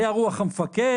היה רוח המפקד.